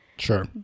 Sure